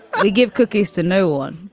we give cookies to no one